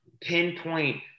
pinpoint